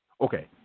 Okay